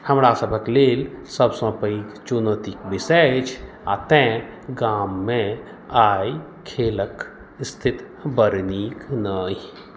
हमरा सभक लेल सबसँ पैघ चुनौतिक विषय अछि आ तैं गाममे आइ खेलक स्थिति बड़ नीक नहि